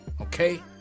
okay